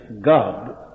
God